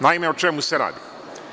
Naime, o čemu se radi?